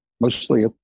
Mostly